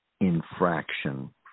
infraction